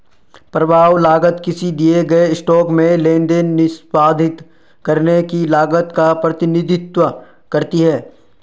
प्रभाव लागत किसी दिए गए स्टॉक में लेनदेन निष्पादित करने की लागत का प्रतिनिधित्व करती है